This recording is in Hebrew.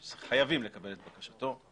הם חייבים לקבל את בקשתו.